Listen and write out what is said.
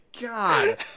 god